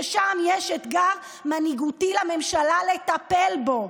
ששם יש אתגר מנהיגותי לממשלה לטפל בו.